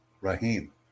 Rahim